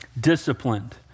Disciplined